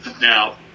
Now